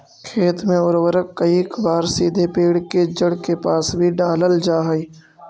खेत में उर्वरक कईक बार सीधे पेड़ के जड़ के पास भी डालल जा हइ